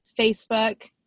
Facebook